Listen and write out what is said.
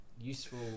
useful